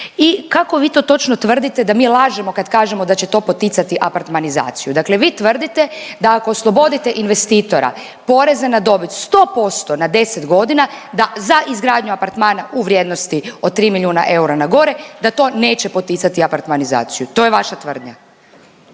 i kako vi to točno tvrdite da mi lažemo kad kažemo da će to poticati aprtmanizaciju. Dakle, vi tvrdite da ako oslobodite investitora poreza na dobit sto posto na deset godina da za izgradnju apartmana u vrijednosti od tri milijuna eura na gore da to neće poticati apartmanizaciju. To je vaša tvrdnja.